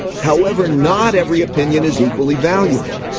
however, not every opinion is equally valuable.